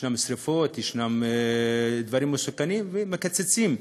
יש שרפות, יש דברים מסוכנים, ומקצצים.